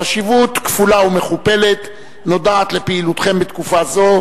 חשיבות כפולה ומכופלת נודעת לפעילותכם בתקופה זו,